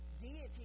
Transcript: deity